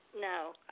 No